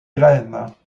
graines